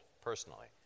personally